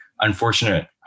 unfortunate